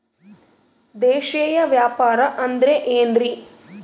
ದೇಶೇಯ ವ್ಯಾಪಾರ ಅಂದ್ರೆ ಏನ್ರಿ?